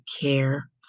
care